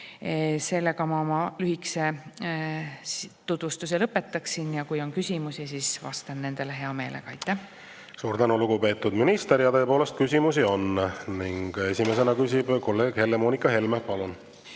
Sellega ma oma lühikese tutvustuse lõpetaksin ja kui on küsimusi, siis vastan nendele hea meelega. Aitäh! Suur tänu, lugupeetud minister! Ja tõepoolest, küsimusi on. Esimesena küsib kolleeg Helle-Moonika Helme. Palun!